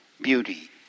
beauty